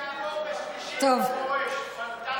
יעבור בשלישית, פנטסטי.